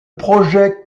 projet